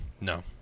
no